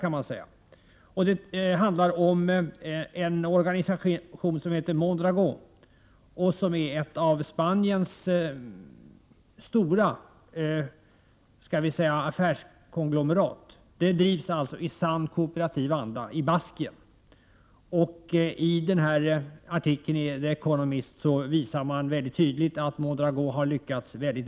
Artikeln handlar om en organisation som heter Mondragon och som är ett av Spaniens stora affärskonglomerat. Det drivs alltså i sann kooperativ anda i Baskien. Det framgår tydligt att Mondragon har lyckats väl.